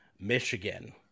Michigan